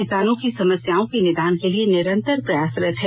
किसानों की समस्याओं के निदान के लिए निरंतर प्रयासरत है